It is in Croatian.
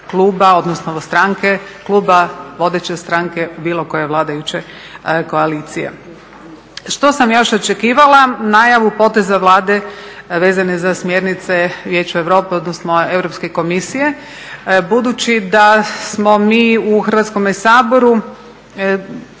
odnosno stranke kluba vodeće stranke bilo koje vladajuće koalicije. Što sam još očekivala? Najavu poteza Vlade vezane za smjernice Vijeću Europe, odnosno Europske komisije budući da smo mi u Hrvatskome saboru,